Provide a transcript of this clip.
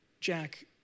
Jack